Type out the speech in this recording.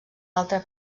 altre